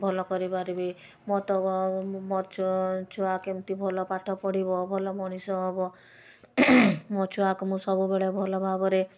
ଭଲ କରିପାରିବି ମୋର ତ ଛୁଆ କେମତି ଭଲ ପାଠ ପଢ଼ିବ ଭଲ ମଣିଷ ହେବ ମୋ ଛୁଆକୁ ମୁଁ ସବୁବେଳେ ଭଲ ଭାବରେ